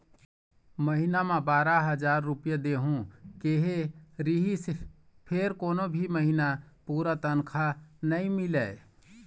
महिना म बारा हजार रूपिया देहूं केहे रिहिस फेर कोनो भी महिना पूरा तनखा नइ मिलय